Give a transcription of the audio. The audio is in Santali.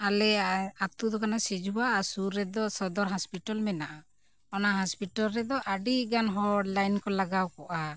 ᱟᱞᱮ ᱟᱛᱳ ᱫᱚ ᱠᱟᱱᱟ ᱥᱤᱡᱩᱣᱟ ᱟᱨ ᱥᱩᱨ ᱨᱮᱫᱚ ᱥᱚᱫᱚᱨ ᱢᱮᱱᱟᱜᱼᱟ ᱚᱱᱟ ᱨᱮᱫᱚ ᱟᱹᱰᱤᱜᱟᱱ ᱦᱚᱲ ᱠᱚ ᱞᱟᱜᱟᱣ ᱠᱚᱜᱼᱟ